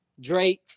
Drake